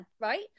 right